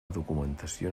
documentació